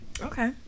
Okay